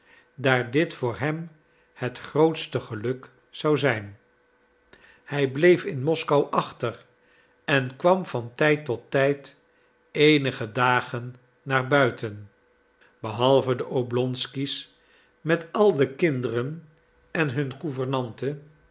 daar dit voor hem het grootste geluk zou zijn hij bleef in moskou achter en kwam van tijd tot tijd eenige dagen naar buiten behalve de oblonsky's met al de kinderen en hun